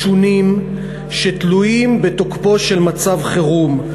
משונים, שתלויים בתוקפו של מצב חירום,